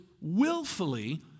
willfully